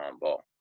ball